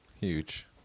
Huge